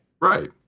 right